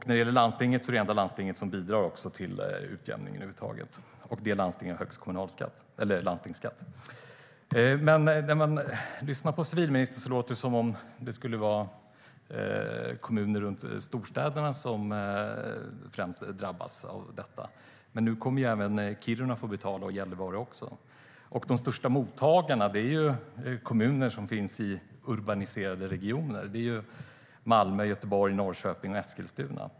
När det gäller landstinget är Stockholms läns landsting också det enda landsting som bidrar till utjämning över huvud taget, och det landstinget har högst landstingsskatt. När jag lyssnar på civilministern låter det som att det främst skulle vara kommuner runt storstäderna som drabbas. Men nu kommer även Kiruna och Gällivare att få betala. De största mottagarna är kommuner i urbaniserade regioner. Det är Malmö, Göteborg, Norrköping och Eskilstuna.